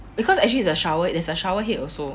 because actually is a shower there is a shower head also